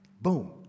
Boom